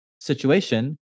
situation